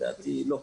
לדעתי אפילו לא.